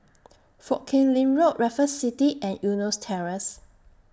Foo Kim Lin Road Raffles City and Eunos Terrace